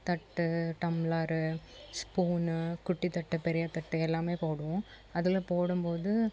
தட்டு tumbler spoon குட்டி தட்டு பெரிய தட்டு எல்லாமே போடுவோம் அதில் போடும்போது